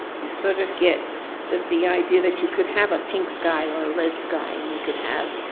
you sort of get the the idea that you could have a pink sky or a red sky, and you could have.